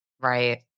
Right